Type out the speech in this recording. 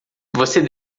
você